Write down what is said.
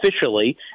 officially